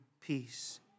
peace